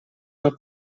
del